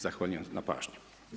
Zahvaljujem na pažnji.